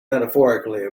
metaphorically